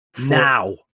now